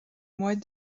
mois